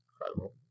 incredible